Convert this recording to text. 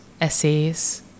essays